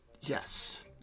yes